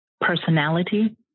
personality